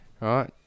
right